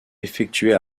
effectuées